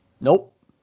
Nope